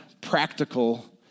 practical